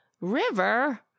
river